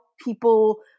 people